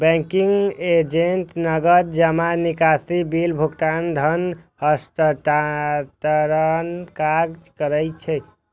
banking agent नकद जमा, निकासी, बिल भुगतान, धन हस्तांतरणक काज करै छै